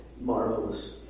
marvelous